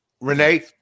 Renee